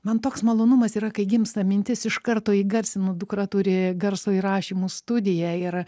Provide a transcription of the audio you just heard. man toks malonumas yra kai gimsta mintis iš karto įgarsinu dukra turi garso įrašymo studiją ir